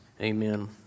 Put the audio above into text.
Amen